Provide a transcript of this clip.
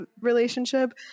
relationship